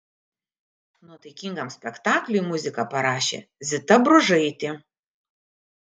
nuotaikingam spektakliui muziką parašė zita bružaitė